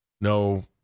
No